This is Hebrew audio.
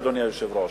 אדוני היושב-ראש,